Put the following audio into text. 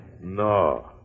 No